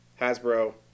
Hasbro